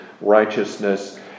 righteousness